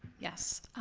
yes,